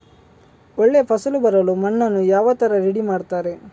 ಒಳ್ಳೆ ಫಸಲು ಬರಲು ಮಣ್ಣನ್ನು ಯಾವ ತರ ರೆಡಿ ಮಾಡ್ತಾರೆ?